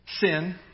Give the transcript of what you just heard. sin